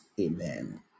Amen